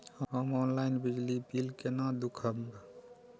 हम ऑनलाईन बिजली बील केना दूखमब?